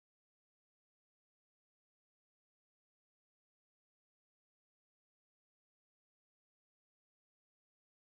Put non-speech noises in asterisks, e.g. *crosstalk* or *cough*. *unintelligible*